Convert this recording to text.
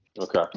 Okay